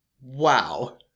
Wow